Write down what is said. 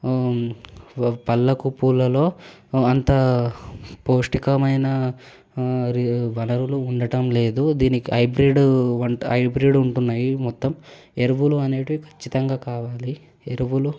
పళ్ళకు పూలలో అంత పౌష్టికమైన వనరులు ఉండటం లేదు దీనికి హైబ్రిడ్ హైబ్రిడ్ ఉంటున్నాయి మొత్తం ఎరుపులు అనేటివి ఖచ్చితంగా కావాలి ఎరువులు